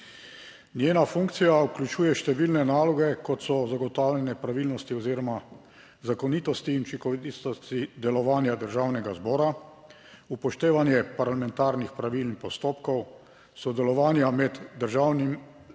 Njena funkcija vključuje številne naloge kot so zagotavljanje pravilnosti oziroma zakonitosti in učinkovitosti delovanja Državnega zbora, upoštevanje parlamentarnih pravil in postopkov sodelovanja med Državnim